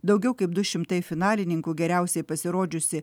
daugiau kaip du šimtai finalininkų geriausiai pasirodžiusi